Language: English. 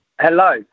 Hello